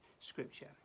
scripture